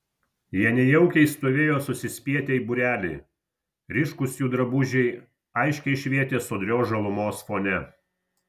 jie nejaukiai stovėjo susispietę į būrelį ryškūs jų drabužiai aiškiai švietė sodrios žalumos fone